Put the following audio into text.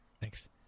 Thanks